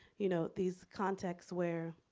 you know, these contexts where,